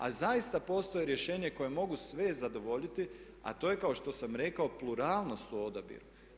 A zaista postoje rješenja koja mogu sve zadovoljiti, a to je kao što sam rekao pluralnost u odabiru.